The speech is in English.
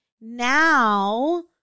now